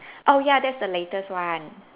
oh ya that's the latest one